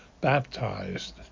baptized